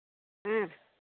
ᱦᱮᱸᱜ